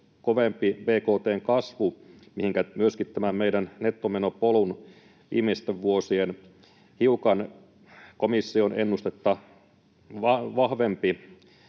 kovempi bkt:n kasvu, mihinkä myöskin tämä meidän nettomenopolun viimeisten vuosien hiukan komission ennustetta vahvempi